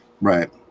right